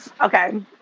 Okay